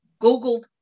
Googled